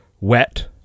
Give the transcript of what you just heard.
wet